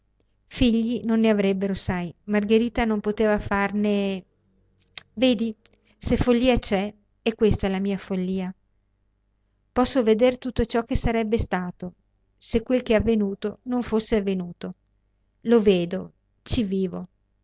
figli non ne avrebbero sai margherita non poteva farne vedi se follia c'è è questa la mia follia posso veder tutto ciò che sarebbe stato se quel che è avvenuto non fosse avvenuto lo vedo ci vivo